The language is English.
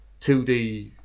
2D